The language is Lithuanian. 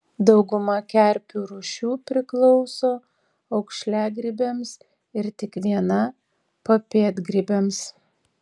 dauguma kerpių rūšių priklauso aukšliagrybiams ir tik viena papėdgrybiams